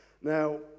Now